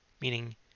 Meaning